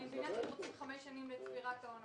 אני מבינה שאתם רוצים חמש שנים לצבירת ההון,